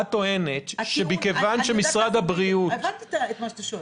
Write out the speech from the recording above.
את טוענת שמכיוון שמשרד הבריאות --- הבנתי את מה שאתה שואל.